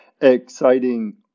exciting